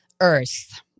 Earth